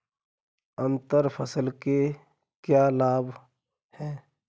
अंतर फसल के क्या लाभ हैं?